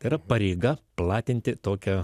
tai yra pareiga platinti tokią